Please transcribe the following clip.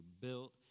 built